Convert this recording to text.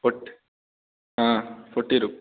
fort हाँ forty रूप